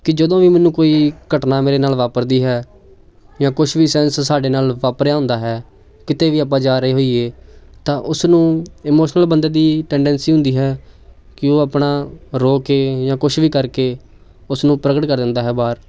ਕਿ ਜਦੋਂ ਵੀ ਮੈਨੂੰ ਕੋਈ ਘਟਨਾ ਮੇਰੇ ਨਾਲ ਵਾਪਰਦੀ ਹੈ ਜਾਂ ਕੁਛ ਵੀ ਸੈਂਸ ਸਾਡੇ ਨਾਲ ਵਾਪਰਿਆ ਹੁੰਦਾ ਹੈ ਕਿਤੇ ਵੀ ਆਪਾਂ ਜਾ ਰਹੇ ਹੋਈਏ ਤਾਂ ਉਸਨੂੰ ਇਮੋਸ਼ਨਲ ਬੰਦੇ ਦੀ ਟੈਂਡੈਸੀ ਹੁੰਦੀ ਹੈ ਕਿ ਉਹ ਆਪਣਾ ਰੋ ਕੇ ਜਾਂ ਕੁਛ ਵੀ ਕਰਕੇ ਉਸਨੂੰ ਪ੍ਰਗਟ ਕਰ ਦਿੰਦਾ ਹੈ ਬਾਹਰ